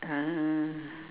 ah